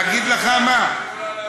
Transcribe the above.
אין, אגיד לך מה, לא.